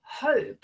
hope